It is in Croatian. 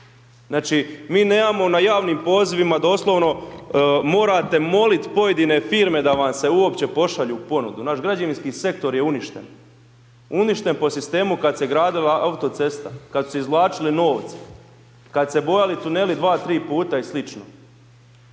Znači, mi nemamo na javnim pozivima doslovno, morate moliti pojedine firme da vam se uopće pošalju ponudu, naš građevinski sektor je uništen. Uništen po sistemu kad se gradila autocesta. Kad su izvlačili novce, kad su se bojali tuneli dva-tri puta i sl.